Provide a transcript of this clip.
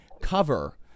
cover